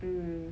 mm